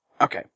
Okay